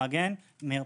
למגן מרפאה.